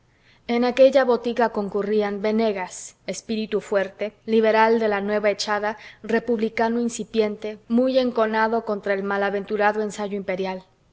en aquella botica concurrían venegas espíritu fuerte liberal de la nueva echada republicano incipiente muy enconado contra el malaventurado ensayo imperial